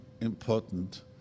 important